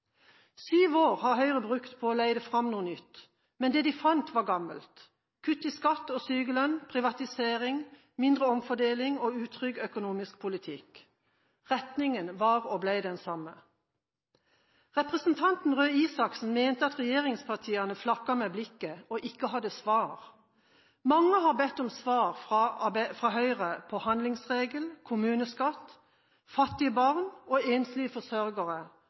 Syv år har Høyre brukt på å lete fram noe nytt, men det de fant, var gammelt: kutt i skatt og sykelønn, privatisering, mindre omfordeling og utrygg økonomisk politikk. Retningen var og ble den samme. Representanten Røe Isaksen mente at regjeringspartiene flakket med blikket og ikke hadde svar. Mange har bedt om svar fra Høyre angående handlingsregelen, kommuneskatt, fattige barn og enslige forsørgere,